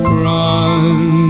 run